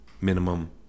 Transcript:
minimum